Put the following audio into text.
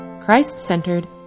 Christ-centered